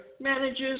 manages